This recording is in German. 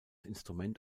instrument